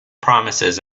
promises